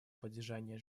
поддержания